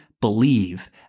believe